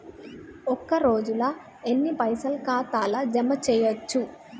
ఒక రోజుల ఎన్ని పైసల్ ఖాతా ల జమ చేయచ్చు?